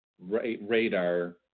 radar